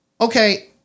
Okay